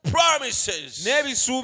promises